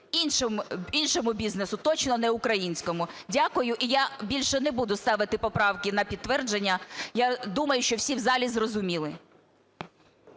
іншому бізнесу, точно не українському. Дякую. І я більше не буду ставити поправки на підтвердження. Я думаю, що всі в залі зрозуміли.